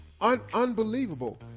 unbelievable